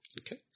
Okay